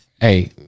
Hey